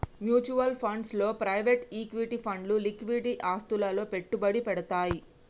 mutual funds లో private equity ఫండ్లు liquid ఆస్తులలో పెట్టుబడి పెడ్తయ్